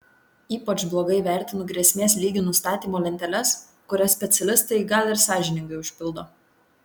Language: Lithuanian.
ypač blogai vertinu grėsmės lygių nustatymo lenteles kurias specialistai gal ir sąžiningai užpildo